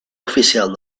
oficial